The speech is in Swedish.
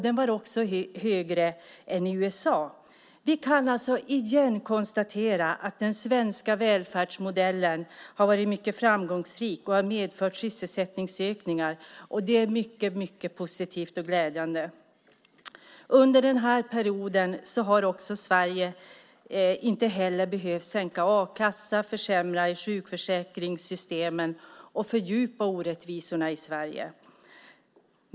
Den var också högre än i USA. Vi kan alltså igen konstatera att den svenska välfärdsmodellen har varit mycket framgångsrik och har medfört sysselsättningsökningar. Det är mycket positivt och glädjande. Under den här perioden har Sverige inte heller behövt sänka a-kassan, försämra i sjukförsäkringssystemen eller fördjupa orättvisorna i Sverige.